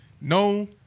No